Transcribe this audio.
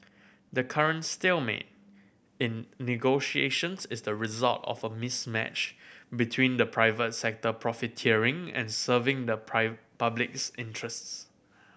the current stalemate in negotiations is the result of a mismatch between the private sector profiteering and serving the public's interests